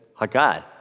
Haggad